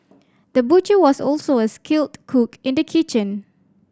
the butcher was also a skilled cook in the kitchen